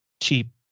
cheap